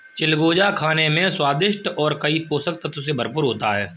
चिलगोजा खाने में स्वादिष्ट और कई पोषक तत्व से भरपूर होता है